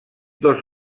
dos